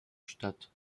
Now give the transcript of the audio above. statt